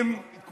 ואנחנו יודעים,